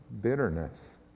bitterness